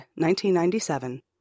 1997